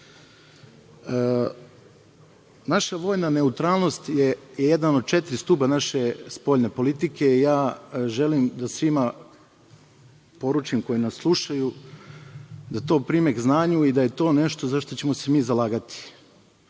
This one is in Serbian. vojna neutralnost je jedan od četiri stuba naše spoljne politike i ja želim da svima poručim koji nas slušaju da to prime k znanju i da je to nešto za šta ćemo se mi zalagati.